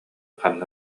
ханна